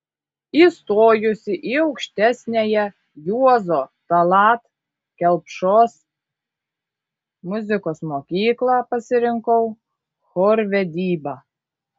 įstojusi į aukštesniąją juozo tallat kelpšos muzikos mokyklą pasirinkau chorvedybą